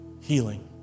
healing